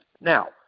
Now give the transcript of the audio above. Now